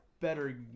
better